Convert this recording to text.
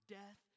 death